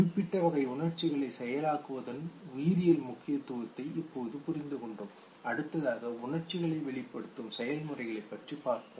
குறிப்பிட்ட வகை உணர்ச்சிகளை செயலாக்குவதன் உயிரியல் முக்கியத்துவத்தை இப்போது புரிந்து கொண்டோம் அடுத்ததாக உணர்ச்சிகளை வெளிப்படுத்தும் செயல்முறைகளைப் பற்றி பார்ப்போம்